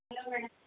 hello madam